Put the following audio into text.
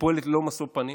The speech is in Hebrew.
שפועלת ללא משוא פנים.